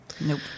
nope